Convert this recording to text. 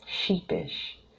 sheepish